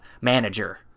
manager